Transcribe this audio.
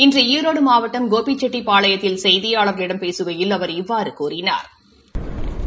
இன்று ஈரோடு மாவட்டம் கோபிச்செட்டிப்பாளையத்தில் செய்தியாளர்களிடம் பேசுகையில் அவர் இவ்வாறு கூறினாா்